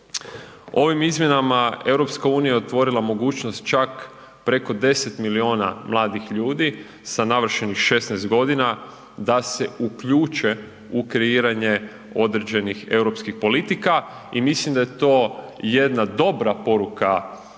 Ovim izmjenama EU je otvorila mogućnost čak preko 10 milijuna mladih ljudi sa navršenih 16.g. da se uključe u kreiranje određenih europskih politika i mislim da je to jedna dobra poruka